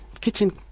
kitchen